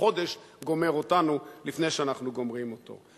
החודש גומר אותנו לפני שאנחנו גומרים אותו.